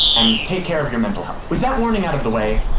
and take care of your mental health. with that warning of the way,